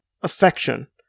affection